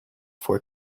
for